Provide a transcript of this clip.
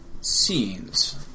scenes